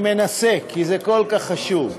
אני מנסה, כי זה כל כך חשוב.